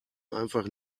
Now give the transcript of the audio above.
einfach